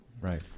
right